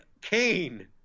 Kane